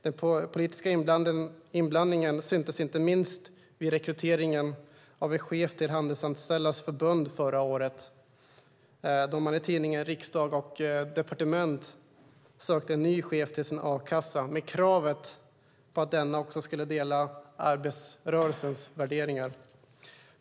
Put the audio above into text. Den politiska inblandningen syntes inte minst vid rekryteringen av en chef till Handelsanställdas förbund förra året, då man i tidningen Riksdag & Departement sökte en ny chef till sin a-kassa med kravet på att denne också delade arbetarrörelsens värderingar.